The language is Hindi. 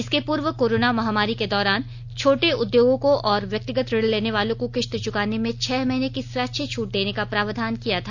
इसके पूर्व कोरोना महामारी के दौरान छोटे उद्योगों को और व्यक्तिगत ऋण लेने वालों को किस्त चुकाने में छह महीने की स्वैच्छिक छूट देने का प्रावधान किया था